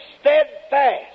steadfast